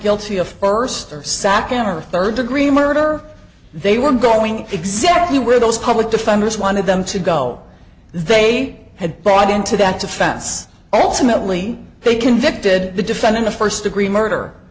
guilty of first of sacking or third degree murder they were going exactly where those public defenders wanted them to go they had bought into that defense alternately they convicted the defendant of first degree murder